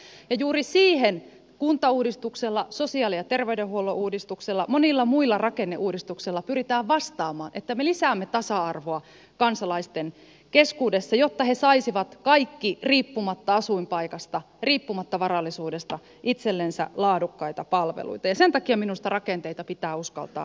ja juuri siihen kuntauudistuksella sosiaali ja ter veydenhuollon uudistuksella monilla muilla rakenneuudistuksilla pyritään vastaamaan että me lisäämme tasa arvoa kansalaisten keskuudessa jotta he saisivat kaikki riippumatta asuinpaikasta riippumatta varallisuudesta itsellensä laadukkaita palveluita ja sen takia minusta rakenteita pitää uskaltaa ravistella